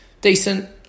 Decent